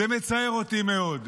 זה מצער אותי מאוד,